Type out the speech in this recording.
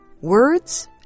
Words